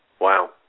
Wow